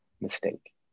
mistake